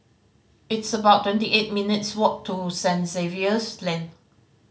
it's about twenty eight minutes' walk to Saint Xavier's Lane